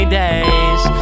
days